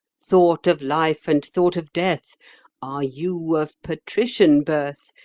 thought of life and thought of death are you of patrician birth,